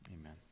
Amen